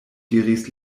diris